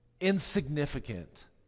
Insignificant